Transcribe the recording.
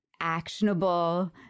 actionable